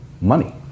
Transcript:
money